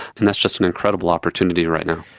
and that's just an incredible opportunity right now.